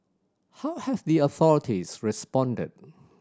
how have the authorities responded